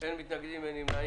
הצבעה ההצבעה